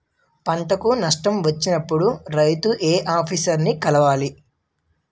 పంటకు నష్టం వచ్చినప్పుడు రైతు ఏ ఆఫీసర్ ని కలవాలి?